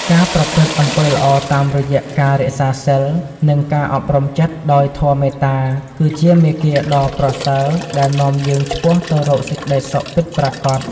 ការប្រព្រឹត្តអំពើល្អតាមរយៈការរក្សាសីល និងការអប់រំចិត្តដោយធម៌មេត្តា គឺជាមាគ៌ាដ៏ប្រសើរដែលនាំយើងឆ្ពោះទៅរកសេចក្តីសុខពិតប្រាកដ។